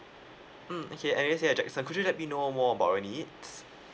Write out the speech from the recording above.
mm okay eric and jackson could you let me know more about your needs